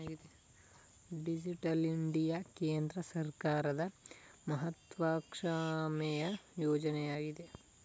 digital India ಕೇಂದ್ರ ಸರ್ಕಾರದ ಮಹತ್ವಾಕಾಂಕ್ಷೆಯ ಯೋಜನೆಯಗಿದೆ